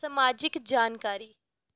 समाजिक जानकारी